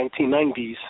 1990s